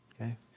okay